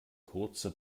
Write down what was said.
kurze